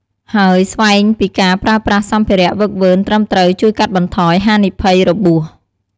ហើយស្វែងពីការប្រើប្រាស់សម្ភារៈហ្វឹកហ្វឺនត្រឹមត្រូវជួយកាត់បន្ថយហានិភ័យរបួស។